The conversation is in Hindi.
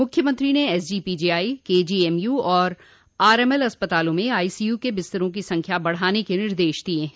मुख्यमंत्री ने एसजीपीजीआई केजीएमयू और आरएमएल अस्पतालों में आईसीयू के बिस्तरों की संख्या बढ़ाने के निर्देश दिये हैं